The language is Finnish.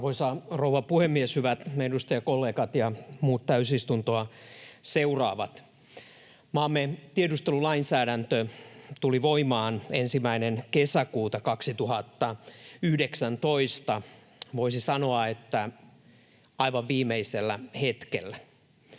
Arvoisa rouva puhemies! Hyvät edustajakollegat ja muut täysistuntoa seuraavat! Maamme tiedustelulainsäädäntö tuli voimaan 1. kesäkuuta 2019 — voisi sanoa, että aivan viimeisellä hetkellä.